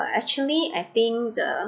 uh actually I think the